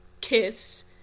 kiss